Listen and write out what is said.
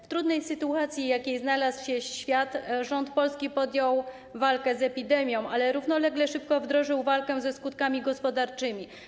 W trudnej sytuacji, w jakiej znalazł się świat, rząd Polski podjął walkę z epidemią, ale równolegle, szybko, wdrożył walkę ze skutkami gospodarczymi.